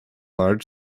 large